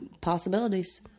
possibilities